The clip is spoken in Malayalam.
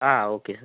ആ ഓക്കെ സാർ